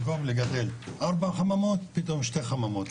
במקום לגדל ארבע חממות פתאום שתי חממות,